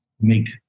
make